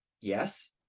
yes